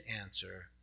answer